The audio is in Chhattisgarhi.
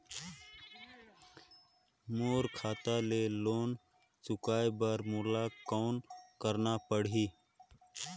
मोर खाता ले लोन चुकाय बर मोला कौन करना पड़ही?